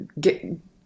get